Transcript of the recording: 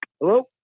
hello